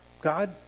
God